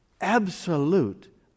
absolute